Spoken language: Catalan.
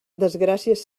desgràcies